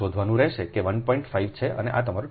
5 છે અને આ તમારું 2